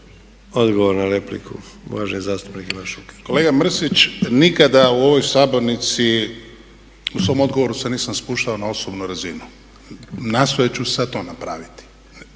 Odgovor na repliku, uvaženi zastupnik Ivan Šuker. **Šuker, Ivan (HDZ)** Kolega Mrsić nikada u ovoj sabornici u svom odgovoru se nisam spuštao na osobnu razinu, nastojat ću sad to napraviti.